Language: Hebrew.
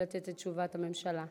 תראו איך חברי קואליציה מתנהגים.